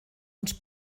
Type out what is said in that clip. und